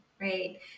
right